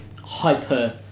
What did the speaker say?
hyper